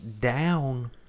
down